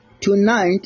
Tonight